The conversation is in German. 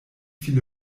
viele